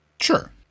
Sure